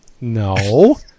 No